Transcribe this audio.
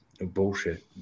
bullshit